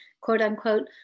quote-unquote